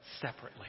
separately